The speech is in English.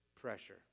pressure